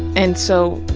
and so,